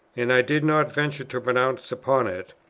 and i did not venture to pronounce upon it.